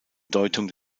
bedeutung